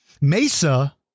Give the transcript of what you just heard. Mesa